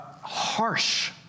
harsh